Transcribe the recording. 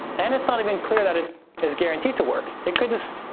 and it's not even clear that it is guaranteed to work. it could just,